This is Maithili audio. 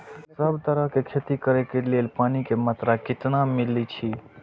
सब तरहक के खेती करे के लेल पानी के मात्रा कितना मिली अछि?